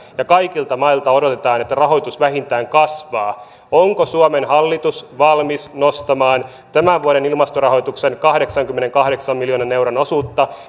ja kaikilta mailta odotetaan että rahoitus vähintään kasvaa onko suomen hallitus valmis nostamaan tämän vuoden ilmastorahoituksen kahdeksankymmenenkahdeksan miljoonan euron osuutta